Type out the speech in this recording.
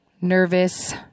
nervous